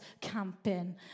camping